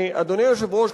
אדוני היושב-ראש,